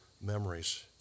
memories